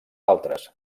altres